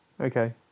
okay